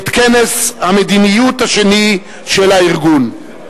את כנס המדיניות השני של הארגון.